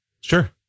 sure